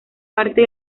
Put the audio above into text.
parte